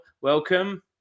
welcome